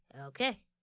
Okay